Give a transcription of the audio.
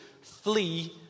flee